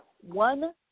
one